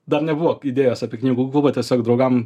dar nebuvau įdėjęs apie knygų klubą tiesiog draugam